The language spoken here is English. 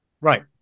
Right